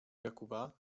jakuba